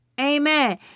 Amen